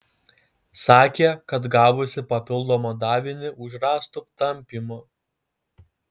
sakė kad gavusi papildomą davinį už rąstų tampymą